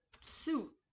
suit